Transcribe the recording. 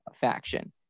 faction